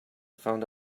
found